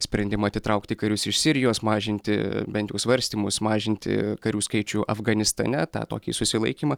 sprendimą atitraukti karius iš sirijos mažinti bent jau svarstymus mažinti karių skaičių afganistane tą tokį susilaikymą